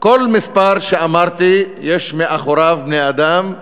כל מספר שאמרתי יש מאחוריו בני-אדם,